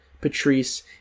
Patrice